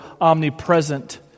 omnipresent